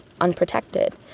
unprotected